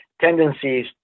tendencies